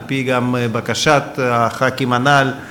גם על-פי בקשת חברי הכנסת הנ"ל,